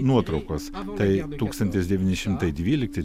nuotraukos tai tūkstantis devyni šimtai dvylikti